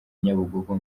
nyabugogo